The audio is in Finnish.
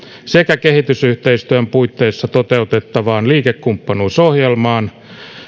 sekä kehitysyhteistyön puitteissa toteutettavaan liikekumppanuusohjelmaan